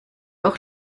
auch